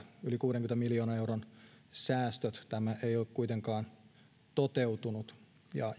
yli kuudenkymmenen miljoonan euron säästöt tämä ei ole kuitenkaan toteutunut ja